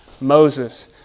Moses